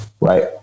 right